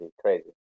crazy